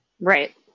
Right